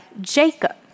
Jacob